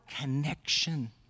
connection